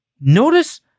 notice